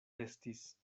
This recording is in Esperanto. estis